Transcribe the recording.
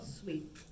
Sweet